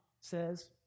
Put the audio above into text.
says